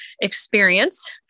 experience